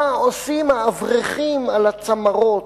מה עושים האברכים על הצמרות?